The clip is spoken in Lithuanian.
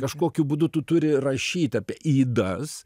kažkokiu būdu tu turi rašyt apie ydas